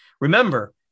remember